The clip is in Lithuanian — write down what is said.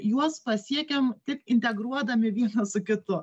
juos pasiekiam tik integruodami vieną su kitu